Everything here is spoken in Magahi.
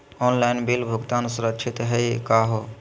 ऑनलाइन बिल भुगतान सुरक्षित हई का हो?